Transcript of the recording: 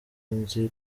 nzi